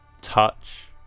Touch